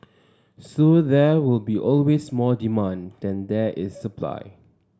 so there will be always more demand than there is supply